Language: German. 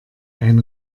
ein